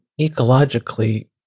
ecologically